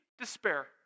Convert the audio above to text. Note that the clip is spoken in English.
despair